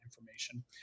information